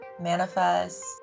manifest